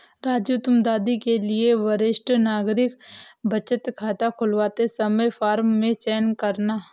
राजू तुम दादी के लिए वरिष्ठ नागरिक बचत खाता खुलवाते समय फॉर्म में चयन करना